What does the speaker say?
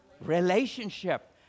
Relationship